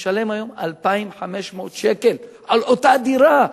הוא משלם היום 2,500 שקלים על אותה דירה.